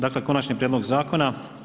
Dakle konačni prijedlog zakona.